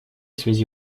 связи